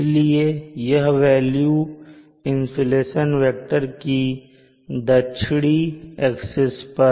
इसलिए यह वेल्यू होगी इंसुलेशन वेक्टर की दक्षिणी एक्सिस पर